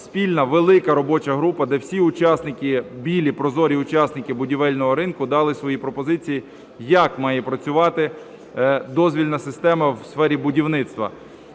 спільна, велика робоча група, де всі учасники, "білі", прозорі учасники будівельного ринку, дали свої пропозиції, як має працювати дозвільна система у сфері будівництва.